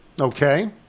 Okay